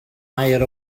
air